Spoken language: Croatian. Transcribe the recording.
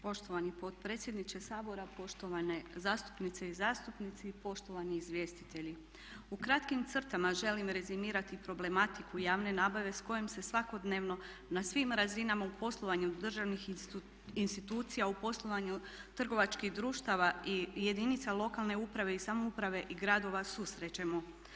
Poštovani potpredsjedniče Sabora, poštovane zastupnice i zastupnici, poštovani izvjestitelji u kratkim crtama želim rezimirati problematiku javne nabave s kojom se svakodnevno na svim razinama u poslovanju državnih institucija, u poslovanju trgovačkih društava i jedinica lokalne uprave i samouprave i gradova susrećemo.